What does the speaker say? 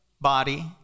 body